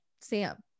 Sam